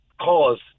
cause